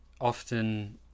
often